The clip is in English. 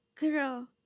girl